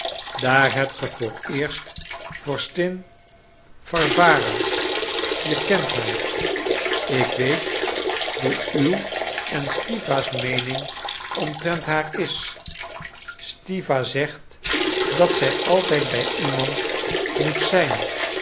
daar hebt ge vooreerst vorstin warwara je kent haar ik weet hoe uw en stiwa's meening omtrent haar is stiwa zegt dat zij altijd bij iemand moet zijn